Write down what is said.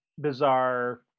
bizarre